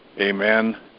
Amen